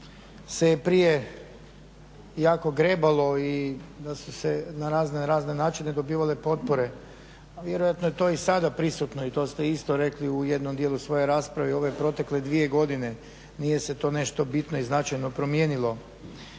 da se prije jako grebalo i da su se na razne načine dobivale potpore, a vjerojatno je to i sada prisutno i to ste isto rekli u jednom dijelu svoje rasprave i u ove protekle dvije godine. Nije se to nešto bitno i značajno promijenilo.